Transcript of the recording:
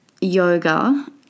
yoga